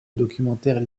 documentaires